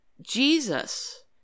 Jesus